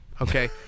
okay